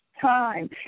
time